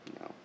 No